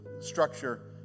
structure